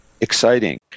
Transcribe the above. exciting